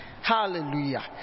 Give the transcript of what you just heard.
hallelujah